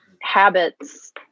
habits